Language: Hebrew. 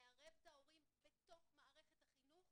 לערב את ההורים בתוך מערכת החינוך,